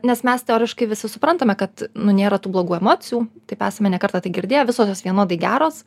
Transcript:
nes mes teoriškai visi suprantame kad nu nėra tų blogų emocijų taip esame ne kartą tai girdėję visos vienodai geros